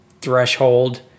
threshold